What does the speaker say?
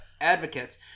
advocates